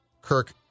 Kirk